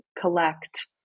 collect